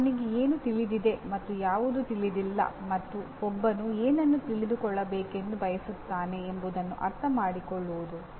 ಒಬ್ಬನಿಗೆ ಏನು ತಿಳಿದಿದೆ ಮತ್ತು ಯಾವುದು ತಿಳಿದಿಲ್ಲ ಮತ್ತು ಒಬ್ಬನು ಏನನ್ನು ತಿಳಿದುಕೊಳ್ಳಬೇಕೆಂದು ಬಯಸುತ್ತಾನೆ ಎಂಬುದನ್ನು ಅರ್ಥಮಾಡಿಕೊಳ್ಳುವುದು